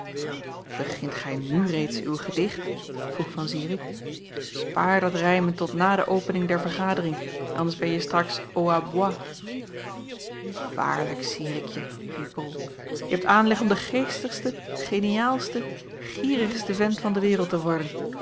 begint gij nu reeds uw gedicht vroeg van zirik spaar dat rijmen tot na de opening der vergadering anders benje straks aux abois waarlijk zirikje riep bol je hebt aanleg om de geestigste geniaalste gierigste vent van de wereld te worden